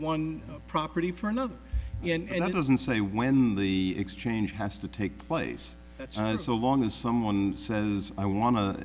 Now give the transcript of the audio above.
one property for another and it doesn't say when the exchange has to take place and so long as someone says i want to